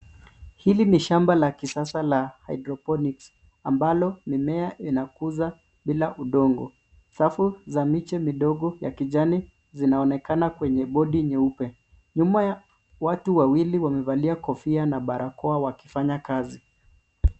Hili ni shamba la kisasa la hydroponics ambalo mimea inakuza bila udongo. Safu za miche midogo ya kijani zinaonekana kwenye bodi nyeupe. Nyuma yake watu wawili wamevalia kofia na barakoa wakifanya kazi.